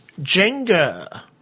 Jenga